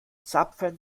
zapfen